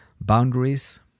boundaries